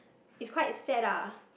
is quite sad lah